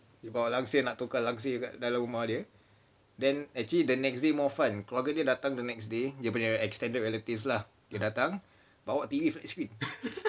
nak tukar langsir dekat dalam rumah dia then actually the next day more fun keluarga dia datang the next day dia nya extended relatives lah dia datang bawa tiga